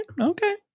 Okay